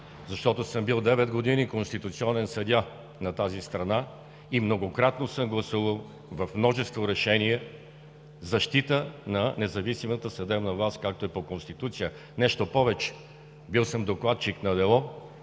защото съм бил девет години конституционен съдия на тази страна и многократно съм гласувал в множество решения защита на независимата съдебна власт, както е по Конституция. Нещо повече, бил съм докладчик на дело,